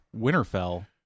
Winterfell